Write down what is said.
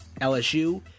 LSU